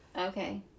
Okay